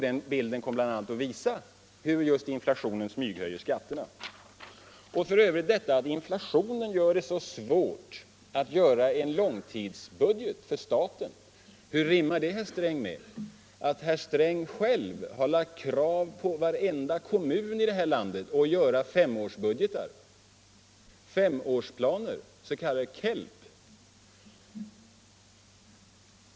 Den bilden kommer bl.a. att visa hur inflationen smyghöjer skatterna. Att inflationen skulle göra det omöjligt att få fram en långsiktsbudget för staten rimmar illa med att herr Sträng ställt krav på varenda kommun i det här landet att göra femårsbudgetar, s.k. KELP.